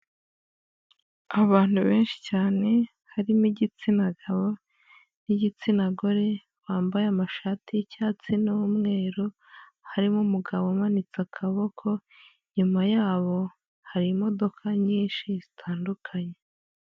Abantu benshi cyane harimo igitsina gabo n'igitsina gore, bambaye amashati y'icyatsi n'umweru, harimo umugabo umanitse akaboko, inyuma yabo hari imodoka nyinshi zitandukanye.